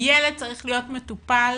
ילד צריך להיות מטופל